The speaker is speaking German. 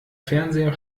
fernseher